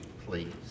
please